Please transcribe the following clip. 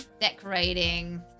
decorating